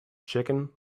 chicken